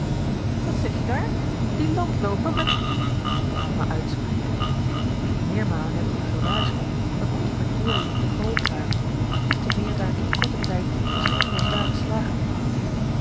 wat zeg je daar die landlooper met laat mij uitspreken meermalen heb ik u gewaarschuwd dat onze verteringen te groot waren te meer daar ik in korten tijd verschillende zware slagen heb gehad